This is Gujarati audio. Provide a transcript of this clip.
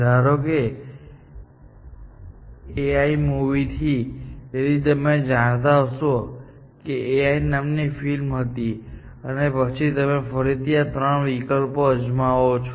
ધારો કે AI મૂવી તેથી તમે જાણતા હશો કે AI નામની ફિલ્મ હતી અને પછી તમે ફરીથી આ ત્રણ વિકલ્પો અજમાવો છો